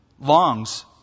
longs